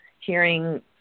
hearing